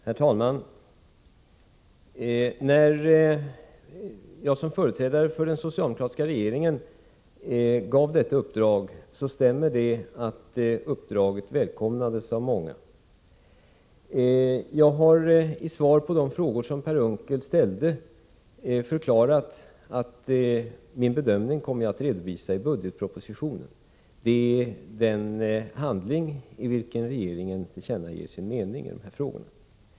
Herr talman! Det stämmer att det uppdrag som jag som företrädare för den socialdemokratiska regeringen gav skolöverstyrelsen välkomnades av många. Jag har i svaret på de frågor som Per Unckel ställt förklarat att jag kommer att redovisa min bedömning i budgetpropositionen. Det är den handling i vilken regeringen tillkännager sin mening i de här frågorna.